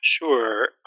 Sure